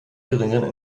geringeren